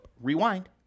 Rewind